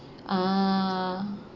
ah